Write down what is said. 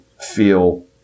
feel